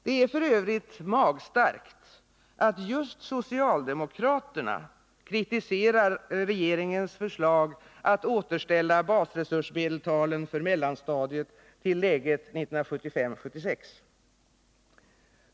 Det är f. ö. magstarkt att just socialdemokraterna kritiserar regeringens förslag att återställa basresursmedeltalen för mellanstadiet till läget 1975/76.